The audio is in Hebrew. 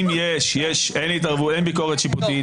אם יש, אין ביקורת שיפוטית.